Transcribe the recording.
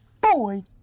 boy